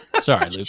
Sorry